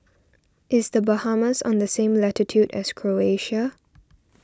is the Bahamas on the same latitude as Croatia